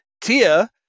Tia